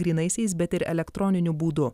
grynaisiais bet ir elektroniniu būdu